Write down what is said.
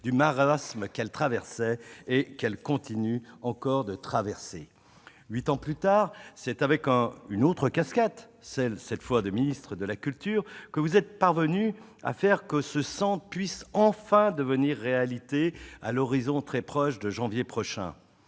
du marasme qu'elle traversait et qu'elle continue de traverser. Huit ans plus tard, c'est avec une autre casquette, celle de ministre de la culture, que vous êtes parvenu à faire que ce centre puisse- enfin ! -devenir réalité, à l'horizon très proche de janvier prochain